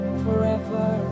forever